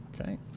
Okay